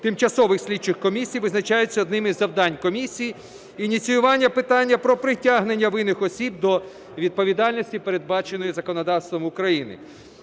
тимчасових слідчих комісій, визначається одним із завдань комісії – ініціювання питання про притягнення винних осіб до відповідальності передбаченої законодавством України.